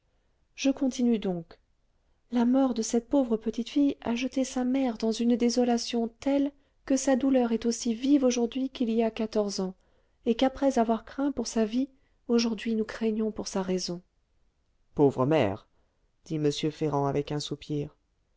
je continue donc la mort de cette pauvre petite fille a jeté sa mère dans une désolation telle que sa douleur est aussi vive aujourd'hui qu'il y a quatorze ans et qu'après avoir craint pour sa vie aujourd'hui nous craignons pour sa raison pauvre mère dit m ferrand avec un soupir